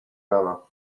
rana